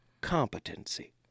competency